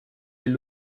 des